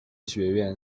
学院